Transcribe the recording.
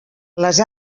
les